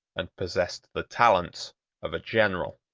and possessed the talents of a general.